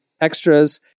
extras